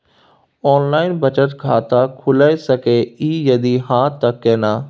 Online बचत खाता खुलै सकै इ, यदि हाँ त केना?